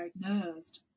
diagnosed